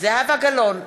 זהבה גלאון,